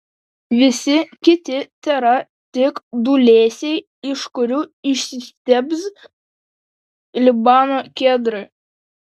visi kiti tėra tik dūlėsiai iš kurių išsistiebs libano kedrai